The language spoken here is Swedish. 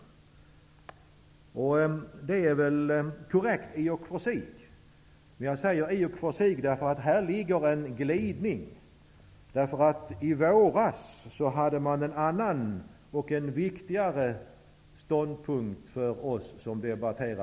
Detta är korrekt i och för sig. Jag säger ''i och för sig'', eftersom det finns en glidning här. I våras hade man en annan och viktigare ståndpunkt.